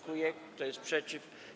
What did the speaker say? Kto jest przeciw?